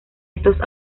estos